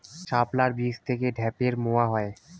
শাপলার বীজ থেকে ঢ্যাপের মোয়া হয়?